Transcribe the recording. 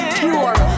pure